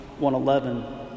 111